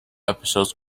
episodes